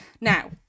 now